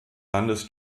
landes